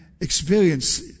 experience